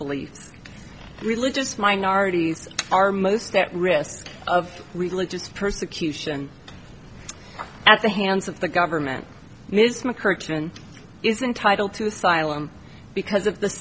beliefs religious minorities are most at risk of religious persecution at the hands of the government is my correction is entitled to asylum because of the